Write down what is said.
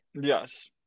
Yes